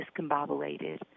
discombobulated